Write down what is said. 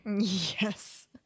Yes